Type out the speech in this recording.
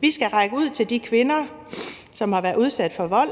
Vi skal række ud til de kvinder, som har været udsat for vold,